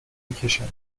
میکشن